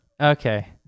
Okay